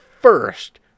first